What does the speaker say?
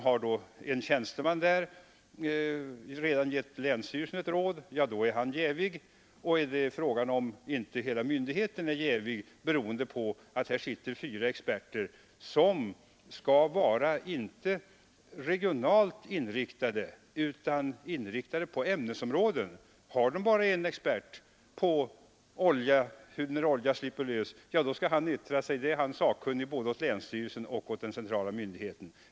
Har en tjänsteman där redan givit länsstyrelsen råd, då är han jävig, och fråga är om inte hela myndigheten är jävig beroende på att där finns fyra experter som skall vara inte regionalt inriktade utan inriktade på ämnesområden. Om det bara finns en expert när det gäller t.ex. oljeutsläpp, skall han yttra sig som sakkunnig både till länsstyrelsen och i den centrala myndigheten.